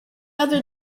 other